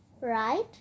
right